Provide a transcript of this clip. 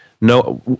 no